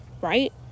right